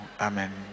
Amen